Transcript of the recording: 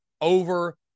over